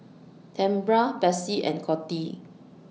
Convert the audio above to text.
Tambra Bessie and Coty